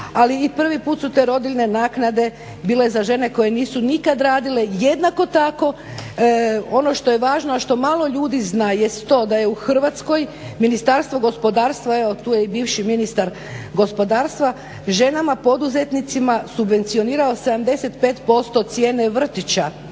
ali i prvi put su te rodiljne naknade bile za žene koje nisu nikad radile. Jednako tako ono što je važno, a što malo ljudi zna jest to da je u Hrvatskoj Ministarstvo gospodarstva, evo tu je i bivši ministar gospodarstva, ženama poduzetnicama subvencionirao 75% cijene vrtića